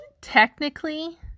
technically